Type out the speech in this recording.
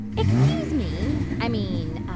excuse me. i mean